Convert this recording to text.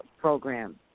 program